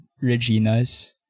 Regina's